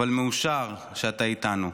אבל מאושר שאתה איתנו.